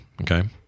Okay